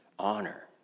honor